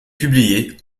publiés